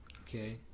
Okay